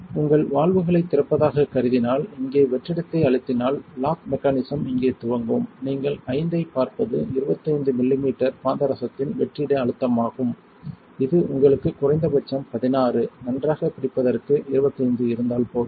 உங்கள் வால்வுகளைத் திறப்பதாகக் கருதினால் இங்கே வெற்றிடத்தை அழுத்தினால் லாக் மெக்கானிசம் இங்கே துவக்கும் நீங்கள் V ஐப் பார்ப்பது 25 மில்லிமீட்டர் பாதரசத்தின் வெற்றிட அழுத்தமாகும் இது உங்களுக்கு குறைந்தபட்சம் 16 நன்றாகப் பிடிப்பதற்கு 25 இருந்தால் போதும்